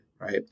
Right